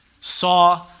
saw